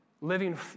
living